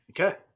Okay